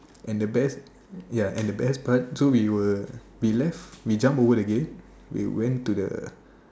and the best ya and the best part so we were we left we jump over the gate we went to the